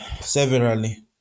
severally